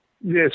Yes